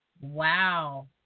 Wow